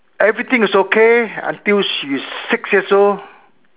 everything is okay until she is six years old